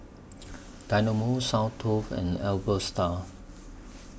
Dynamo Soundteoh and Alpha Style